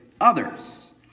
others